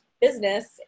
business